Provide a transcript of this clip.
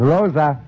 Rosa